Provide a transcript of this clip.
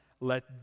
let